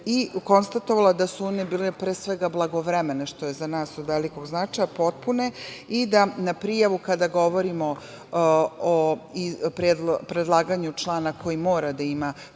Konstatovala je da su one bile blagovremene, što je za nas od velikog značaja, potpune i da na prijavu kada govorimo o predlaganju člana koji mora da ima